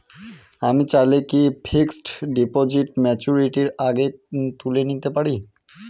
আমি চাইলে কি ফিক্সড ডিপোজিট ম্যাচুরিটির আগেই তুলে নিতে পারি?